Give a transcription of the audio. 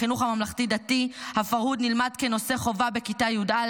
בחינוך הממלכתי-דתי הפרהוד נלמד כנושא חובה בכיתה י"א.